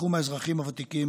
בתחום האזרחים הוותיקים